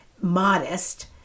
modest